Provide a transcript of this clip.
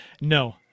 No